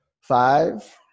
Five